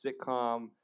sitcom